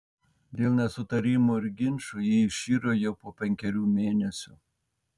dėl nesutarimų ir ginčų ji iširo jau po penkerių mėnesių